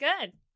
good